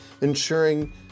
ensuring